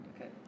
Okay